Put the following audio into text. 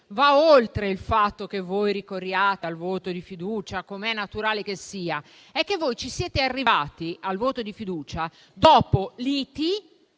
va oltre il fatto che voi ricorriate al voto di fiducia, com’è naturale che sia; il fatto è che voi siete arrivati al voto di fiducia dopo liti